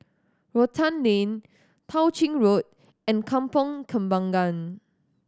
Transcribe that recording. Rotan Lane Tao Ching Road and Kampong Kembangan